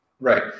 Right